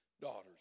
daughters